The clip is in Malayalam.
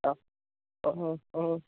ആ ഓ ഓ ഓ